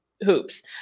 hoops